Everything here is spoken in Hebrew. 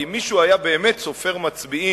הרי אם מישהו היה באמת סופר מצביעים